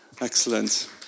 Excellent